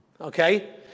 Okay